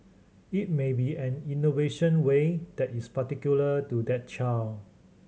it may be an innovation way that is particular to that child